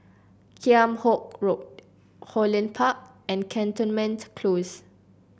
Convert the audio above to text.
Kheam Hock Road Holland Park and Cantonment Close